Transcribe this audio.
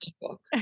book